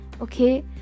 okay